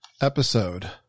episode